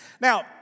Now